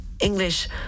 English